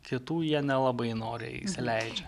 kitų jie nelabai noriai įsileidžia